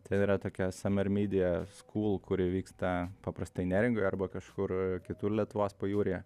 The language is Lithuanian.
ten yra tokia summer media school kuri vyksta paprastai neringoj arba kažkur kitur lietuvos pajūryje